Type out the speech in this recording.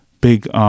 big